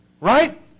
Right